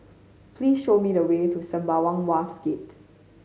please show me the way to Sembawang Wharves Gate